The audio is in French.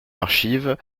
archives